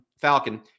Falcon